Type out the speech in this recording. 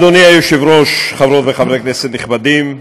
אדוני היושב-ראש, חברות וחברי כנסת נכבדים,